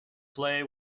play